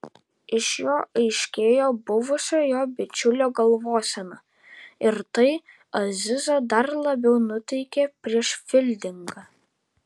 iš jo aiškėjo buvusio jo bičiulio galvosena ir tai azizą dar labiau nuteikė prieš fildingą